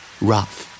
Rough